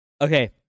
okay